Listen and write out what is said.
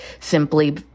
simply